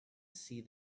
see